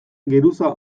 geruza